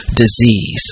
disease